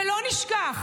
ולא נשכח